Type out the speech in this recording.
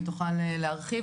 היא תוכל להרחיב,